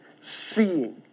seeing